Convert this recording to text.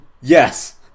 Yes